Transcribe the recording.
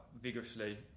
vigorously